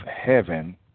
heaven